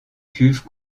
cuve